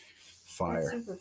Fire